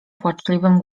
płaczliwym